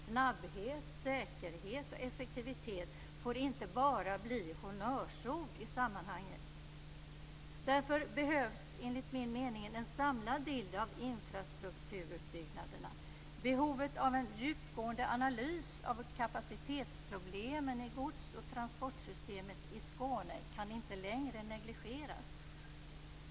Snabbhet, säkerhet och effektivitet får inte bara bli honnörsord i sammanhanget. Därför behövs enligt min mening en samlad bild av infrastrukturutbyggnaderna. Behovet av en djupgående analys av kapacitetsproblemen i gods och transportsystemet i Skåne kan inte längre negligeras.